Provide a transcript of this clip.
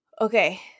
okay